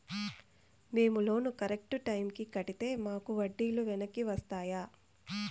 మేము loan correct టైముకి కట్టితే మాకు వడ్డీ లు వెనక్కి వస్తాయా?